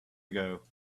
ago